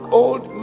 old